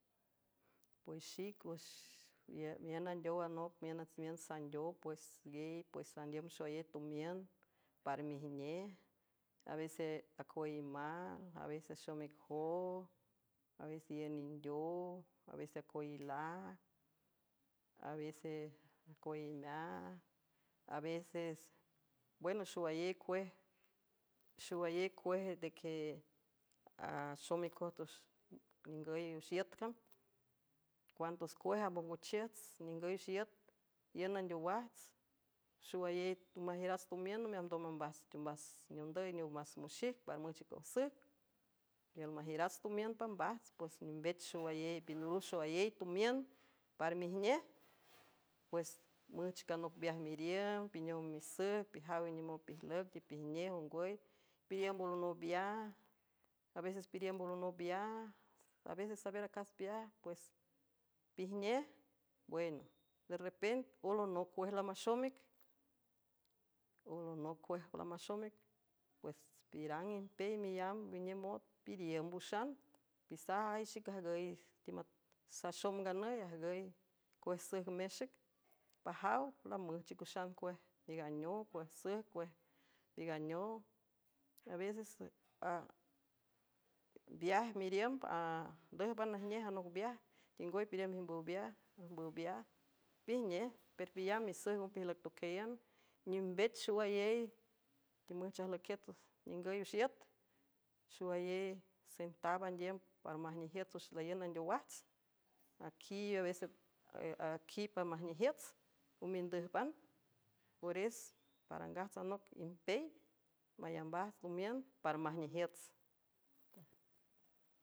Pues xic wüx miün andeow anop miünüts miün sandeow pues gey pues landiüm xoayey tomiün par ijnej aeseacüe imeal aveces xom ic jo aves iün nindeow avece acoilaag eeie eesbweno xowayéy xowayéy cuej ndeque axom ic cojtx ningüy wüx iüt can cuantos cuej ambongochiüts ningüy üx iüt iün andeowajts xowayey tomajiürats tomiün nomiamdom ambajts teombas neendüy niow más müxic par müjchic ojsüc iül majiürats tomiün pambajts pues nimbech xowayey pildolüw xoayey tomiün para mijnej pues müjch canoc mbeaj meriüm pinow misüjg pijaw indiümo pijlüc tepijnej ongwüy piríümbolonowbea a veces piríümbolonopbyaats aveces saver acas peaj pues pijnej en derrepent olonoc cuej lamaxom ic olonoc cuej lamaxom ic pues pirang impey meyamb winem ot piriümb wüxan pisaj ai xic ajgüy tsaxom nganüy jgüy cuejsüj mexec pajaw lamüjchic üxan cuej eganeow cuej süj cue anoeces beaj meriümb andǘjban najnej anoc beaj ningwüy piriümimbüw beajjmbüw beaj pijnej per pilamb misüj nopijlüc toquélian nimbech xowayey timüjch ajlüiquiet ningüy üx iüt xowayey sentaab andiüm para majnejiüts wüx laiün andeowajts ui eaquipamajnejiüts omindǘjban pores parangaj tsanoc impey malambajts lomiün para majnejiüts.